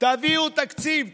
תביאו תקציב.